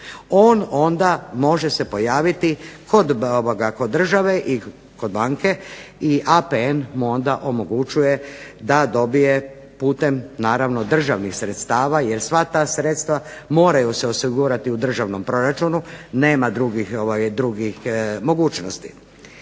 on onda može se pojaviti kod države i kod banke i APN mu onda omogućuje da dobije putem naravno državnih sredstava jer sva ta sredstva moraju se osigurati u državnom proračunu. Nema drugih mogućnosti.